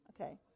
Okay